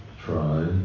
try